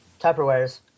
Tupperware's